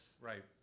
right